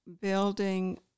building